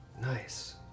Nice